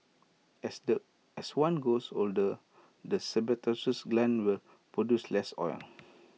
as the as one grows older the sebaceous glands will produce less oil